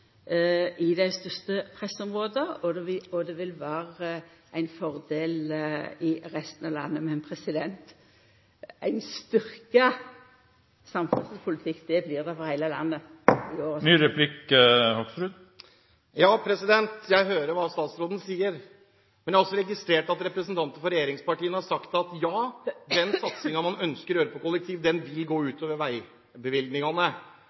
for dei som i dag buset seg i dei største pressområda, og for resten av landet. Men ein styrkt samferdselspolitikk blir det over heile landet i år. Ja, jeg hører hva statsråden sier, men jeg har også registrert at representanter for regjeringspartiene har sagt at ja, den satsingen man ønsker å gjøre på kollektiv, vil gå